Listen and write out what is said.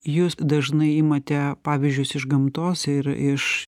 jūs dažnai imate pavyzdžius iš gamtos ir iš